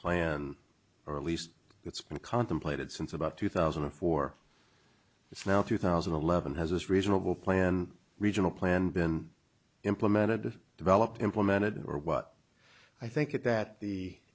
plan or at least that's been contemplated since about two thousand and four it's now two thousand and eleven has this reasonable plan regional plan been implemented developed implemented or what i think it that the